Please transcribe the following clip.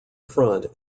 front